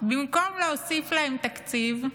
במקום להוסיף להם תקציב,